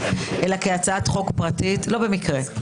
ממשלתית, אלא כהצעת חוק פרטית לא במקרה.